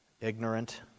ignorant